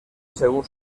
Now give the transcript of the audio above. según